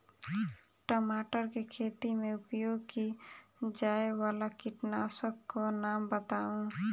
टमाटर केँ खेती मे उपयोग की जायवला कीटनासक कऽ नाम बताऊ?